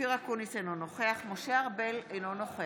אופיר אקוניס, אינו נוכח משה ארבל, אינו נוכח